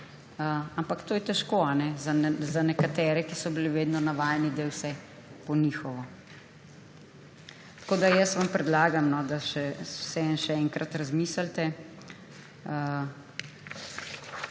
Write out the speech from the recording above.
Ampak to je težko za nekatere, ki so bili vedno navajeni, da je vse po njihovo. Jaz vam predlagam, da vseeno še enkrat razmislite.